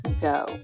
go